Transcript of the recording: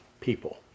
people